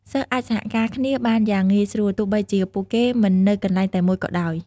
សិស្សអាចសហការគ្នាបានយ៉ាងងាយស្រួល ទោះបីជាពួកគេមិននៅកន្លែងតែមួយក៏ដោយ។